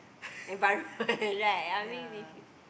environment right I mean if you